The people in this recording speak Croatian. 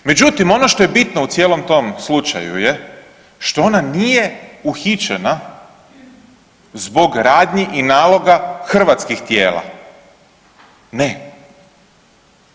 Međutim, ono što je bitno u cijelom tom slučaju je što ona nije uhićena zbog radnji i naloga hrvatskih tijela, ne.